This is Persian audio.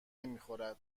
نمیخورد